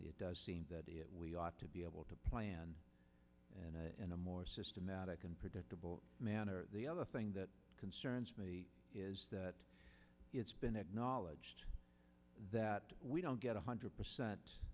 it does seem that it we ought to be able to plan and in a more systematic and predictable manner the other thing that concerns me is that it's been acknowledged that we don't get one hundred percent